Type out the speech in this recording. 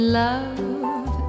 love